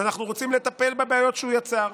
ואנחנו רוצים לטפל בבעיות שהוא יצר.